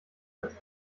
als